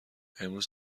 امروز